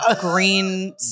green